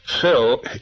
Phil